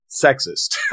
sexist